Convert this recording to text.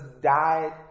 died